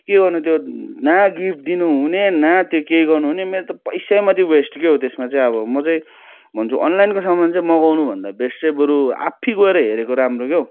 के गर्नु त्यो न गिफ्ट दिनु हुने न त्यो केही गर्नु हुने मेरो त पैसा मात्रै वेस्ट के हो त्यसमा चाहिँ अब म चाहिँ भन्छु अनलाइनको सामान चाहिँ मगाउनु भन्दा बेस्ट चाहिँ बरु आफैँ गएर हेरेको राम्रो क्या